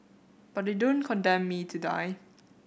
but they don't condemn me to die